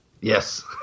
Yes